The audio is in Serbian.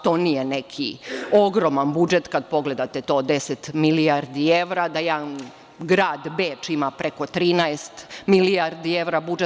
To nije neki ogroman budžet, kada pogledate 10 milijardi evra, da jedan grad Beč ima preko 13 milijardi evra budžet.